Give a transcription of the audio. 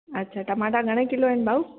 अच्छा टमाटा घणे किलो आहिनि भाऊ